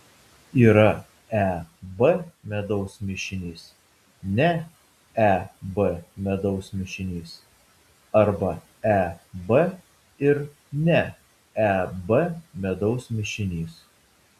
yra eb medaus mišinys ne eb medaus mišinys arba eb ir ne eb medaus mišinys